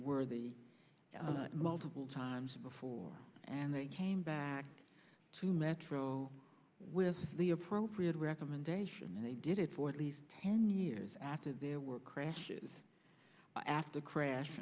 the multiple times before and they came back to metro with the appropriate recommendation and they did it for at least ten years after their work crashes after crash